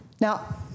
Now